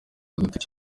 agatoki